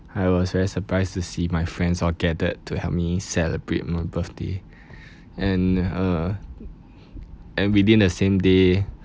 I was very surprised to see my friends all gathered to help me celebrate my birthday and uh and within the same day